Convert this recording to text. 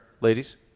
ladies